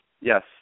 yes